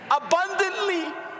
abundantly